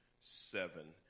seven